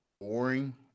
boring